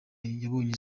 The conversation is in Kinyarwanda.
yabonye